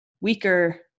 weaker